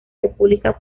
república